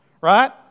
right